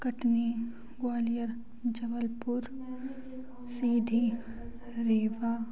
Katni Gwalior Jabalpur Sidhi Rewa